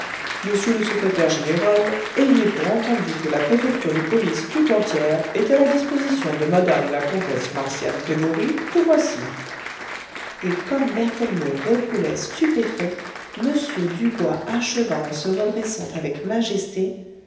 monsieur le secrétaire général ayez pour entendu que la préfecture de police tout entière est à la disposition de mme la comtesse marcian gregoryi que voici et comme berthellemot reculait stupéfait m dubois acheva en se redressant avec majesté